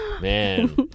Man